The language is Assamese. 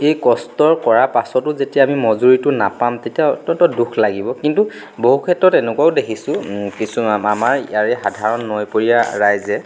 এই কষ্টৰ কৰা পাছতো যেতিয়া আমি মজুৰীটো নাপাম তেতিয়া অত্যন্ত দুখ লাগিব কিন্তু বহু ক্ষেত্ৰত এনেকুৱাও দেখিছোঁ কিছুমান আমাৰ ইয়াৰে সাধাৰণ নৈপৰীয়া ৰাইজে